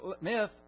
myth